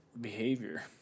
behavior